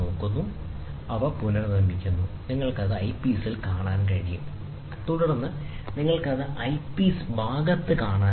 എന്നിട്ട് അത് തിരികെ വരുന്നു അവ പുനർനിർമ്മിക്കുന്നു നിങ്ങൾക്കത് ഐപീസിൽ കാണാൻ കഴിയും തുടർന്ന് നിങ്ങൾക്കത് ഐപീസ് ഭാഗത്ത് കാണാനാകും